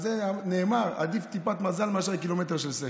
על זה נאמר שעדיף טיפת מזל מאשר קילומטר של שכל,